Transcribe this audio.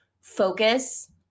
focus